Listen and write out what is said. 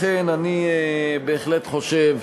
לכן, אני בהחלט חושב,